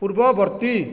ପୂର୍ବବର୍ତ୍ତୀ